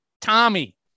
Tommy